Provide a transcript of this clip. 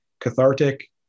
cathartic